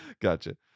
Gotcha